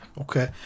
Okay